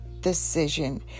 decision